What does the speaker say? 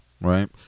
right